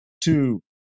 two